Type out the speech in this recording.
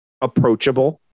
approachable